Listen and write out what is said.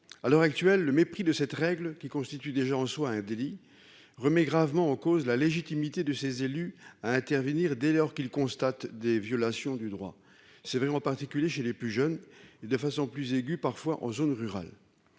à l'heure actuelle, le mépris de cette règle qui constitue déjà en soi un délit remet gravement en cause la légitimité de ses élus à intervenir dès lors qu'il constate des violations du droit c'est vraiment particulier chez les plus jeunes et de façon plus aiguë, parfois en zone rurale,